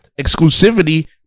exclusivity